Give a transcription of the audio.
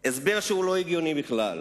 הסבר שהוא לא הגיוני בכלל.